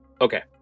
okay